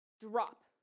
Drop